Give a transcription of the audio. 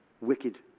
wicked